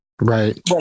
Right